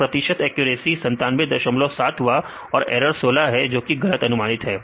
तो प्रतिशत एक्यूरेसी 977 हुआ और ऐरर 16 है जोकि गलत अनुमानित है